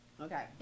okay